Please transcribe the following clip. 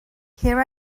here